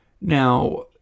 Now